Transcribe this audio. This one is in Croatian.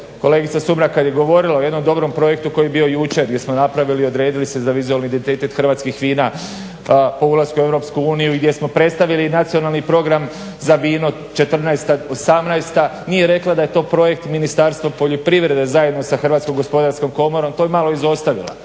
kolegica Sumrak kad je govorila o jednom dobrom projektu koji je bio jučer gdje smo napravili i odredili se za vizualni identitet hrvatskih vina po ulasku u EU i gdje smo predstavili Nacionalni program za vino 2014-2018. nije rekla da je to projekt Ministarstva poljoprivrede zajedno sa Hrvatskom gospodarskom komorom, to je malo izostavila.